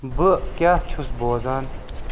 بہٕ کیاہ چُھس بوزان